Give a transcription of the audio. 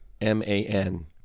man